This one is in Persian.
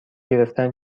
گرفتن